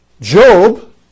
Job